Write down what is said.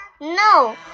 No